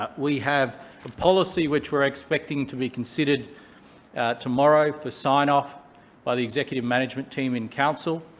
ah we have a policy which we're expecting to be considered tomorrow for sign off by the executive management team in council.